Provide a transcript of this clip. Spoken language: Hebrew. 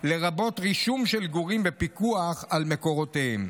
לרבות רישום של גורים בפיקוח על מקורותיהם.